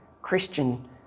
Christian